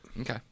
Okay